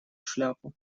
шляпу